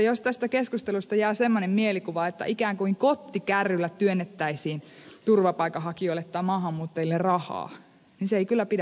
jos tästä keskustelusta jää semmoinen mielikuva että ikään kuin kottikärryllä työnnettäisiin turvapaikanhakijoille tai maahanmuuttajille rahaa niin se ei kyllä pidä paikkaansa